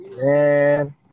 man